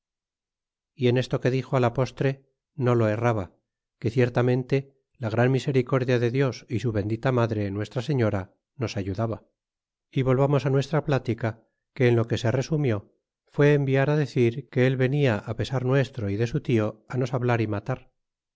é en esto que dixo la postre no lo erraba que ciertamente la gran misericordia de dias y su bendita madre nuestra señora nos ayudaba y volvamos á nuestra plática que en lo que se resumió fué enviar á decir que el venia á pesar nuestro y de su tio nos hablar y matar